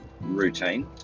routine